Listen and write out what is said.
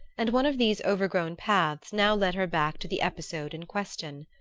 and one of these overgrown paths now led her back to the episode in question.